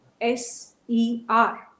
S-E-R